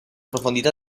profondità